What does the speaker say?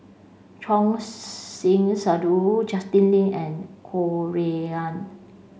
Choor Singh Sidhu Justin Lean and Ho Rui An